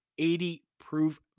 80-proof